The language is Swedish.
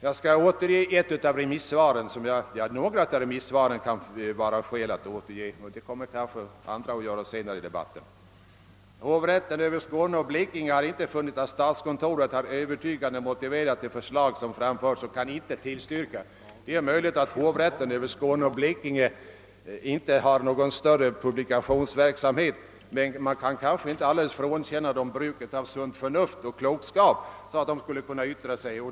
Jag skall återge några av de remisssvar som det finns skäl att ta upp, och det kommer kanske också andra att göra senare i debatten. Hovrätten över Skåne och Blekinge har inte funnit att statskontoret har övertygande motiverat det förslag som framförts och kan inte tillstyrka. Det är möjligt att hovrätten över Skåne och Blekinge inte har någon större publikationsverksamhet, men man kanske inte alldeles bör frånkänna den klokhet och bruket av sunt förnuft.